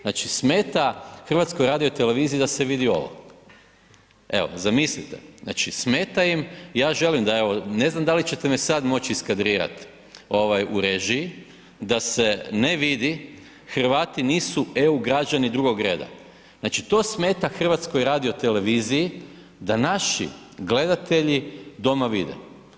Znači, smeta HRT-u da se vidi ovo, evo zamislite znači smeta im, ja želim da evo, ne znam da li ćete me sad moći iskadrirati ovaj u režiji da se ne vidi, Hrvati nisu EU građani drugog reda, znači to smeta HRT-u da naši gledatelji doma vide.